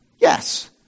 Yes